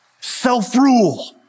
Self-rule